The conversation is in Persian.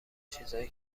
چیزای